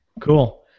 Cool